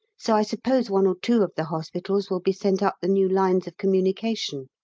so i suppose one or two of the hospitals will be sent up the new lines of communication.